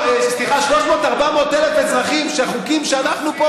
400,000-300,000 אזרחים שהחוקים שאנחנו פה